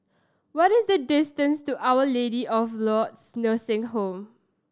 what is the distance to Our Lady of Lourdes Nursing Home